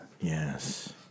Yes